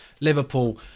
Liverpool